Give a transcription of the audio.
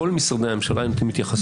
כל משרדי הממשלה היו נותנים התייחסות.